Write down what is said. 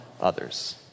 others